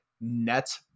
net